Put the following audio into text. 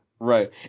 Right